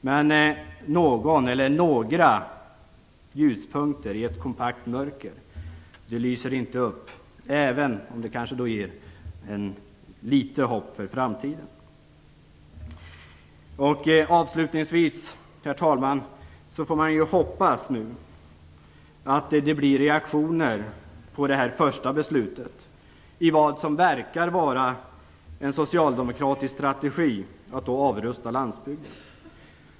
Men någon eller några ljuspunkter i ett kompakt mörker lyser inte upp, även om det kanske inger litet hopp inför framtiden. Herr talman! Avslutningsvis hoppas jag att det blir reaktioner på detta första beslut som verkar ingå i en socialdemokratisk strategi för att avrusta landsbygden.